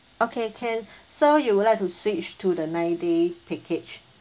okay can so you would like to switch to the nine day package